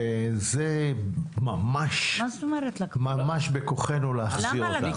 וזה ממש ממש בכוחנו להחזיר אותן.